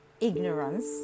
ignorance